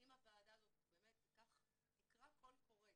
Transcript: שאם הוועדה הזאת תקרא קול קורא